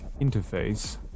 interface